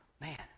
man